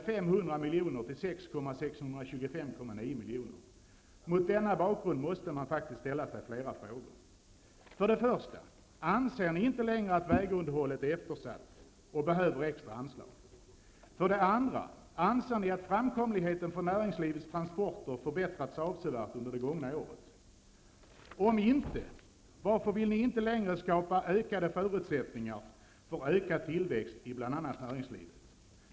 500 miljoner till 6 625,9 miljoner. Mot denna bakgrund måste man faktiskt ställa sig flera frågor. För det första: Anser ni inte längre att vägunderhållet är eftersatt och behöver extra anslag? För det andra: Anser ni att framkomligheten för näringslivets transporter har förbättrats avsevärt under det gångna året? Om inte, varför vill ni inte längre skapa bättre förutsättningar för ökad tillväxt i bl.a. näringslivet?